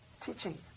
Teaching